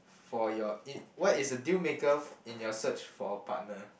for your in~ what is a deal maker f~ in your search for a partner